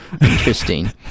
interesting